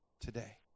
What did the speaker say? today